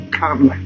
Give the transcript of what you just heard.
come